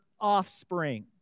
offspring